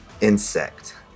insect